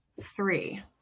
three